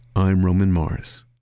i'm roman mars